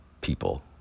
people